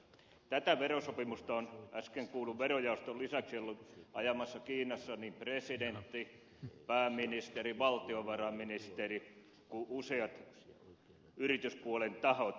tätä verosopimusta ovat äsken kuullun verojaoston lisäksi olleet ajamassa kiinassa presidentti pääministeri valtiovarainministeri useat yrityspuolen tahot